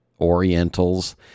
Orientals